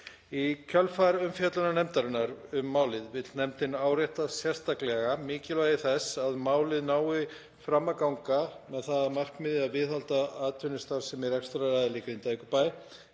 Í kjölfar umfjöllunar nefndarinnar um málið vill nefndin árétta sérstaklega mikilvægi þess að málið nái fram að ganga með það að markmiði að viðhalda atvinnustarfsemi rekstraraðila í